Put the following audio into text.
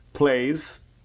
plays